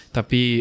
Tapi